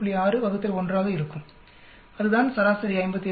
6 1 ஆக இருக்கும் அதுதான் சராசரி 57